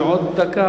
אדוני רוצה עוד דקה?